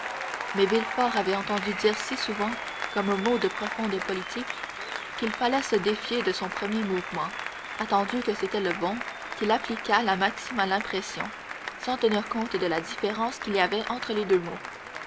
mais villefort avait entendu dire si souvent comme un mot de profonde politique qu'il fallait se défier de son premier mouvement attendu que c'était le bon qu'il appliqua la maxime à l'impression sans tenir compte de la différence qu'il y a entre les deux mots